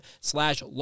slash